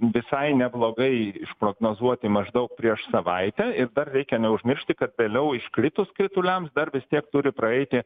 visai neblogai išprognozuoti maždaug prieš savaitę ir dar reikia neužmiršti kad vėliau iškritus krituliams dar vis tiek turi praeiti